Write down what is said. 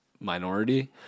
minority